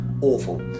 awful